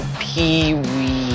peewee